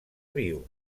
viu